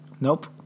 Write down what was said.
nope